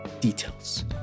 details